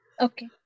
Okay